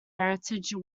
heritage